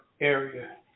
area